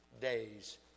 days